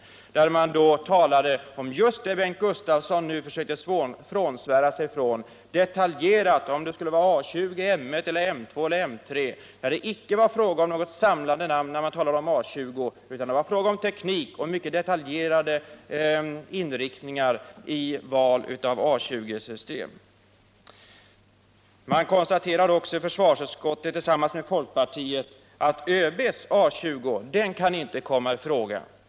Då talade man detaljerat om just det som Bengt Gustavsson nu försöker frånsvära sig, nämligen om det skulle vara A 20, M 1, M 2 eller M 3. Det var icke fråga om något samlande namn utan om teknik och mycket detaljerade inriktningar i val av A 20-system. I försvarsutskottet konstaterar socialdemokraterna tillsammans med folkpartiet att ÖB:s A 20 inte kan komma i fråga.